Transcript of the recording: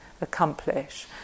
accomplish